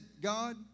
God